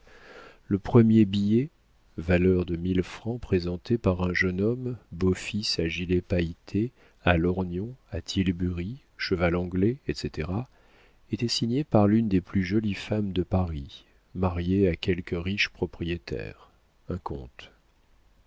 le premier billet valeur de mille francs présentée par un jeune homme beau fils à gilets pailletés à lorgnon à tilbury cheval anglais etc était signé par l'une des plus jolies femmes de paris mariée à quelque riche propriétaire un